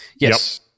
Yes